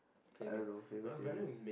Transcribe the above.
I don't know Famous-Amos